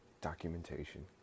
documentation